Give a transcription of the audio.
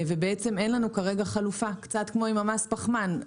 לצערי, כנראה אלה לא פני הדברים.